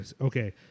okay